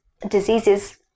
diseases